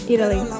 Italy